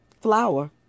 flour